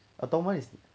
but 动漫 is